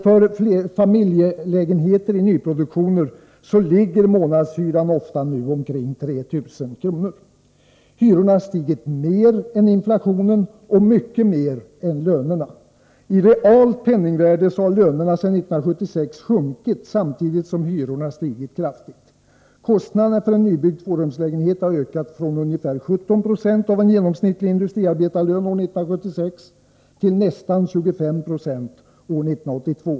För familjelägenheter i nyproduktionen är månadshyran i dag omkring 3000 kr. Hyrorna har stigit mer än inflationen och mycket mer än lönerna. I realt penningvärde har lönerna sedan 1976 sjunkit, samtidigt som hyrorna har stigit kraftigt. Kostnaden för en nybyggd tvårumslägenhet har ökat från ungefär 17 96 av en genomsnittlig industriarbetarlön år 1976 till nästan 25 9 år 1982.